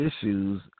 issues